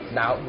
now